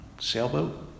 sailboat